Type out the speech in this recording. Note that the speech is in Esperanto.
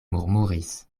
murmuris